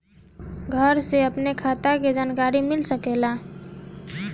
घर से अपनी खाता के जानकारी मिल सकेला?